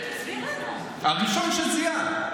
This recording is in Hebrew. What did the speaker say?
הראשון שזיהה,